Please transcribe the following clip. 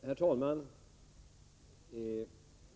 Herr talman!